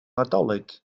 nadolig